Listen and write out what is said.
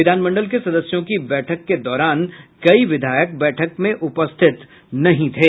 विधानमंडल के सदस्यों की बैठक के दौरान कई विधायक बैठक में उपस्थित नहीं थे